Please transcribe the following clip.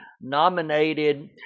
nominated